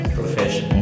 profession